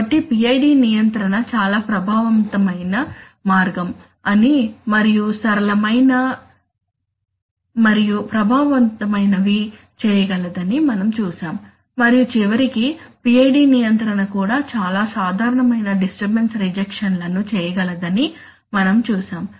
కాబట్టి PID నియంత్రణ చాలా ప్రభావవంతమైన మార్గం అని మరియు సరళమైన వి మరియు ప్రభావవంతమైన వి చేయగలదని మనం చూశాము మరియు చివరికి PID నియంత్రణ కూడా చాలా సాధారణమైన డిస్టర్బన్స్ రిజెక్షన్ లను చేయగలదని మనం చూశాము